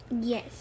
Yes